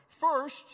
First